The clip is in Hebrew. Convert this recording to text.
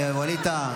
זה לא הבית שלך.